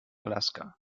alaska